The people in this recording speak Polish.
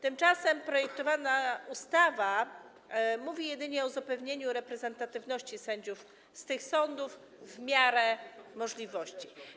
Tymczasem projektowana ustawa mówi jedynie o zapewnieniu reprezentatywności sędziów z tych sądów - w miarę możliwości.